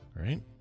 right